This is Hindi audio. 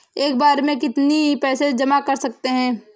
हम एक बार में कितनी पैसे जमा कर सकते हैं?